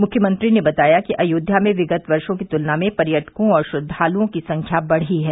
मुख्यमंत्री ने बताया कि अयोध्या में विगत वर्षो की तुलना में पर्यटकों और श्रद्वालुओं की संख्या बढ़ी है